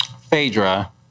Phaedra